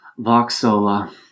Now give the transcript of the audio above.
Voxola